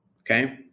okay